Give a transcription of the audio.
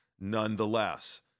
nonetheless